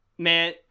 Man